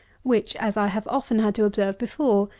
which, as i have often had to observe before,